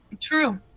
true